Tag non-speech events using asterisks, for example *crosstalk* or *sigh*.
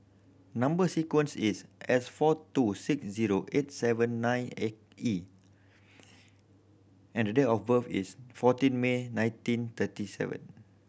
number sequence is S four two six zero eight seven nine *unintelligible* E and the date of birth is fourteen May nineteen thirty seven